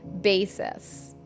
basis